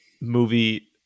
movie